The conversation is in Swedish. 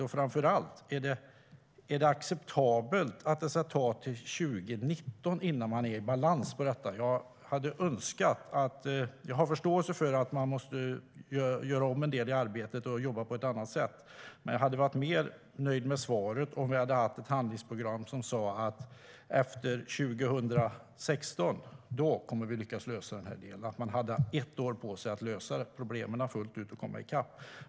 Och framför allt: Är det acceptabelt att det ska ta till 2019 innan man är i balans? Jag har förståelse för att man måste göra om en del i arbetet och jobba på ett annat sätt, men jag hade varit mer nöjd med svaret om vi hade haft ett handlingsprogram som sa att vi kommer att lyckas lösa detta efter 2016. Då har man ett år på sig att lösa problemen fullt ut och komma i kapp.